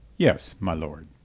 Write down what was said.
yes, my lord.